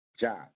job